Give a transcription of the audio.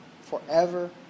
forever